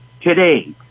today